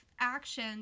action